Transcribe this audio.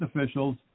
officials